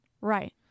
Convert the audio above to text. Right